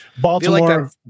Baltimore